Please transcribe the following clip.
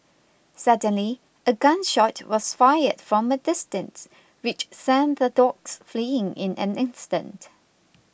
suddenly a gun shot was fired from a distance which sent the dogs fleeing in an instant